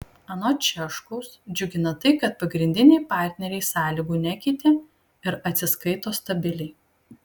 anot šiaškaus džiugina tai kad pagrindiniai partneriai sąlygų nekeitė ir atsiskaito stabiliai